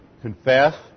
confess